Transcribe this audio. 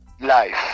Life